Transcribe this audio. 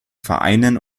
vereinen